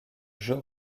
jeu